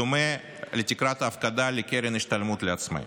בדומה לתקרת ההפקדה לקרן השתלמות לעצמאים,